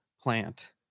plant